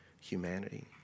humanity